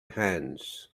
hands